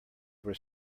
were